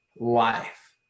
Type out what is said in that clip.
life